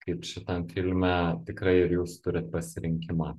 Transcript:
kaip šitam filme tikrai ir jūs turit pasirinkimą